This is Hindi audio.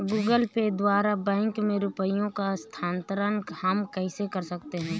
गूगल पे द्वारा बैंक में रुपयों का स्थानांतरण हम कैसे कर सकते हैं?